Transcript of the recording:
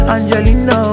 Angelina